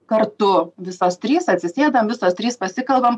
kartu visos trys atsisėdam visos trys pasikalbam